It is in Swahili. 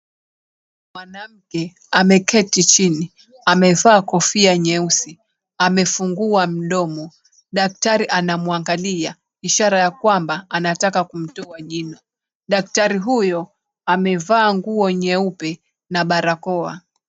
Mwanamke ameketi chini amevaa kofia nyeusi amefungua mdomo. Daktari anamuangalia ishara ya kwamba anataka kumtoa jino. Daktari huyo amevaa nguo nyeupe na barakoa.